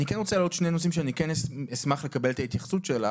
אני כן רוצה להעלות שני נושאים שאני כן אשמח לקבל את ההתייחסות שלך.